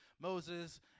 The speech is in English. Moses